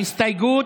ההסתייגות